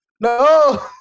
No